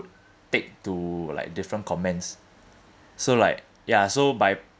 take to like different comments so like ya so by